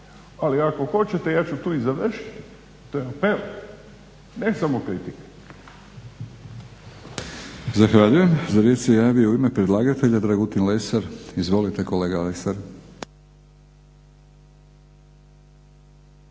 Ali ako hoćete ja ću tu i završiti … ne samo kritika.